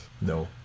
No